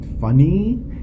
funny